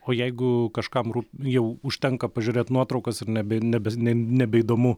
o jeigu kažkam rūp jau užtenka pažiūrėt nuotraukas ir nebe nebe nebeįdomu